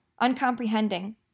uncomprehending